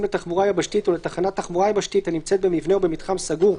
לתחבורה יבשתית או לתחנת תחבורה יבשתית הנמצאת במבנה או במתחום סגור,